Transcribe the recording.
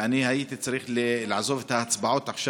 ואני הייתי צריך לעזוב את ההצבעות עכשיו